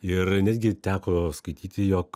ir netgi teko skaityti jog